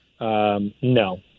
No